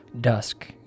Dusk